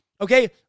okay